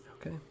Okay